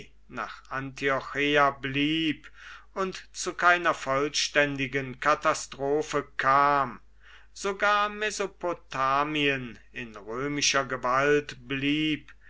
nach antiocheia blieb und zu keiner vollständigen katastrophe kam sogar mesopotamien in römischer gewalt blieb